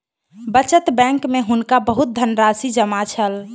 बचत बैंक में हुनका बहुत धनराशि जमा छल